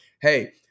hey